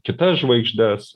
kitas žvaigždes